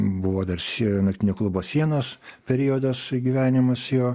buvo dar sie naktinio klubo sienos periodas gyvenimas jo